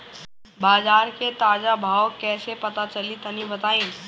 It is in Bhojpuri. बाजार के ताजा भाव कैसे पता चली तनी बताई?